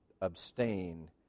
abstain